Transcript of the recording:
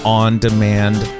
on-demand